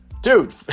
Dude